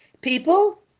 People